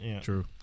True